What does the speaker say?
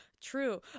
True